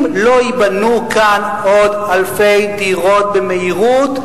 אם לא ייבנו כאן עוד אלפי דירות במהירות,